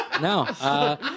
No